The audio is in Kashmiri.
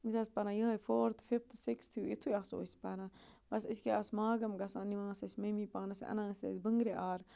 أسۍ آسہٕ پَران یِہوٚے فورتھ فِفتھ سِکِستھ یُتھُے آسو أسۍ پَران بَس أسۍ کیٛاہ آسہٕ ماگَم گژھان نِوان ٲس اَسہِ مٔمی پانَس اَنان ٲسۍ اَسہِ بٔنٛگرِ آرٕ